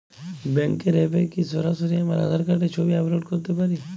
ব্যাংকের অ্যাপ এ কি সরাসরি আমার আঁধার কার্ড র ছবি আপলোড করতে পারি?